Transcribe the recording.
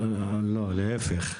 לא, להיפך.